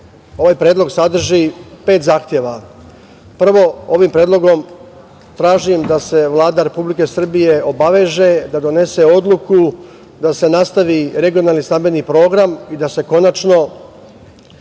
predlog sadrži pet zahteva. Prvo, ovim predlogom tražim da se Vlada Republike Srbije obaveže da donese odluku da se nastavi regionalni stambeni program i da se konačno